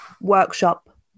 workshop